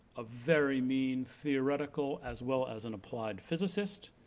a very mean theoretical as well as an applied physicist.